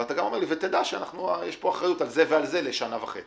וגם אומר: יש אחריות לשנה וחצי.